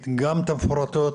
הוועדה